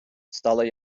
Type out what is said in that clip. стала